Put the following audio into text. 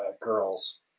girls